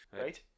Right